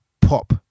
pop